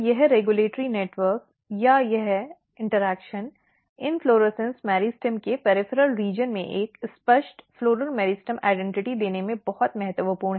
तो यह regulatory network या यह इंटरैक्शन इन्फ्लोरेसन्स मेरिस्टेम के परिधीय क्षेत्र में एक स्पष्ट फ़्लॉरल मेरिस्टेम पहचान देने में बहुत महत्वपूर्ण है